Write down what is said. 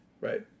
right